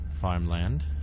farmland